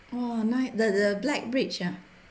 oh the the black bridge ah